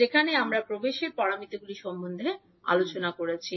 যেখানে আমরা প্রবেশের প্যারামিটারগুলি সম্পর্কে আলোচনা করেছি